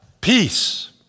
Peace